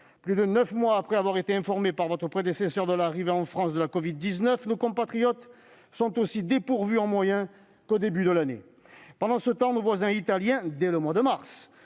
Plus de neuf mois après avoir été informés par vos prédécesseurs de l'arrivée en France de la covid-19, nos compatriotes sont aussi dépourvus en moyens qu'au début de l'année. Pendant ce temps, nos voisins italiens, dès le mois de mars,